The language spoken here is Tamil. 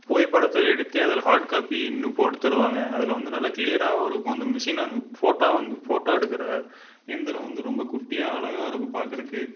புகைப்படத்தை எடுத்து அதில் ஹார்ட் காப்பின்னு போட்டு தருவாங்க அதில் வந்து நல்ல கிளியராகவும் இருக்கும் இந்த மிஷின் வந்து ஃபோட்டோ வந்து ஃபோட்டோ எடுக்கிற இயந்திரம் வந்து ரொம்ப குட்டியாக அழகாக இருக்கும் பார்க்குறக்கு